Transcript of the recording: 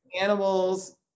animals